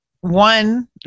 one